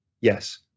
Yes